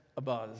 abuzz